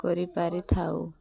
କରିପାରିଥାଉ